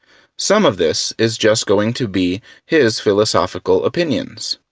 some of this is just going to be his philosophical opinions.